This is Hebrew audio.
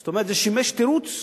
זאת אומרת, זה שימש תירוץ.